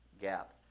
gap